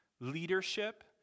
Leadership